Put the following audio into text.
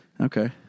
Okay